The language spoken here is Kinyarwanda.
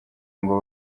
ngo